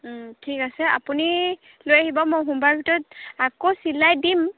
ঠিক আছে আপুনি লৈ আহিব মই সোমবাৰৰ ভিতৰত আকৌ চিলাই দিম